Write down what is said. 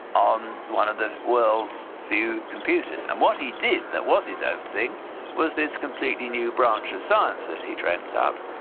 on one of the world's few computers. and what he did that was his own thing was this completely new branch of science that he dreamt up,